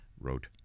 wrote